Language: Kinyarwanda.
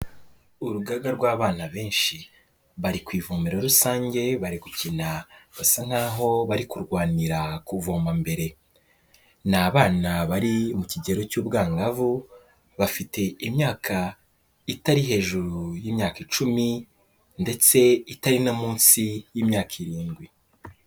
Urugaga rw'abana benshi bari ku ivomero rusange bari gukina basa nkaho bari kurwanira kuvoma mbere, ni abana bari mu kigero cy'ubwangavu bafite imyaka itari hejuru y'imyaka icumi ndetse itari munsi y'imyaka irindwi.